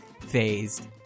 phased